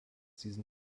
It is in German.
diesen